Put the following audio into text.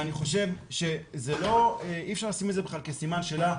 אני חושב שאי אפשר לשים את זה בכלל כסימן שאלה,